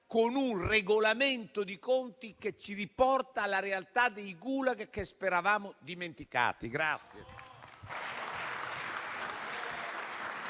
con un regolamento di conti che ci riporta alla realtà dei Gulag che speravamo dimenticata.